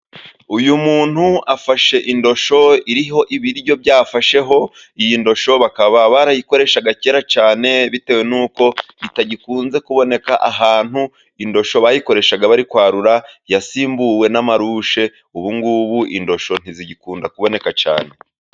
Uyu muntu afashe indosho iriho ibiryo byafasheho. Iyi ndosho bakaba barayikoreshaga kera cyane bitewe n'uko itagikunze kuboneka ahantu indosho bayikoreshaga bari kwarura yasimbuwe n'amarushe ubungubu indosho ntizigikunda kuboneka cyane.